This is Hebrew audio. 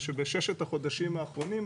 זה שבששת החודשים האחרונים,